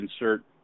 insert